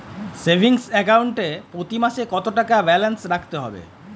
Savings account এ প্রতি মাসে কতো টাকা ব্যালান্স রাখতে হবে?